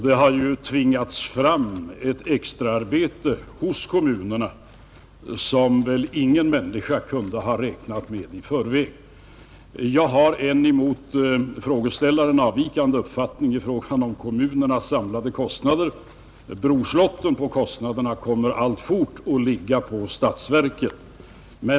Detta har tvingat fram ett extraarbete hos kommunerna som väl ingen människa kunde ha räknat med i förväg. Emellertid har jag en gentemot frågeställaren avvikande uppfattning i fråga om kommunernas samlade kostnader. Brorslotten av kostnaderna kommer allt fort att ligga på statsverket.